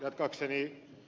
jatkaakseni ed